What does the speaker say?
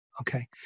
Okay